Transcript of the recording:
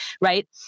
right